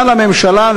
שנה לממשלה,